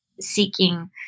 seeking